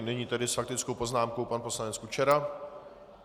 Nyní tedy s faktickou poznámkou pan poslanec Kučera.